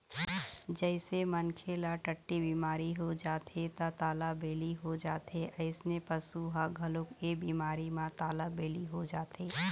जइसे मनखे ल टट्टी बिमारी हो जाथे त तालाबेली हो जाथे अइसने पशु ह घलोक ए बिमारी म तालाबेली हो जाथे